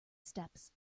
steps